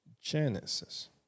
Genesis